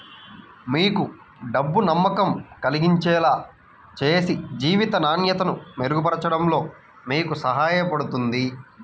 మీకు డబ్బు నమ్మకం కలిగించేలా చేసి జీవిత నాణ్యతను మెరుగుపరచడంలో మీకు సహాయపడుతుంది